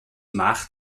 mach